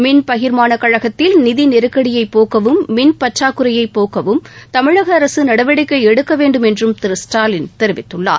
மின் பகிர்மான கழகத்தில் நிதி நெருக்கடியை போக்கவும் மின் பற்றாக்குறையை போக்கவும் தமிழக அரசு நடவடிக்கை எடுக்க வேண்டும் என்றும் திரு ஸ்டாலின் தெரிவித்துள்ளார்